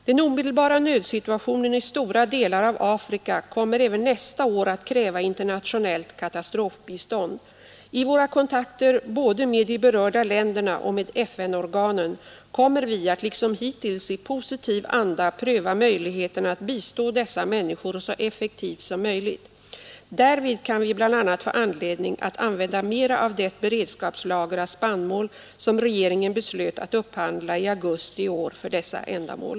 Den omedelbara nödsituationen i stora delar av Afrika kommer även nästa år att kräva internationellt katastrofbistånd. I våra kontakter både med de berörda länderna och med FN-organen kommer vi att liksom hittills i positiv anda pröva möjligheterna att bistå dessa människor så effektivt som möjligt. Därvid kan vi bl.a. få anledning att använda mera av det beredskapslager av spannmål som regeringen beslöt att upphandla i augusti i år för dessa ändamål.